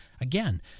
Again